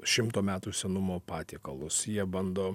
šimto metų senumo patiekalus jie bando